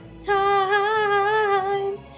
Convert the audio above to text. time